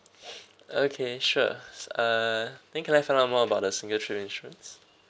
okay sure uh then can I find out more about the single trip insurance